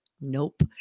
Nope